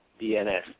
DNS